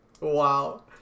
Wow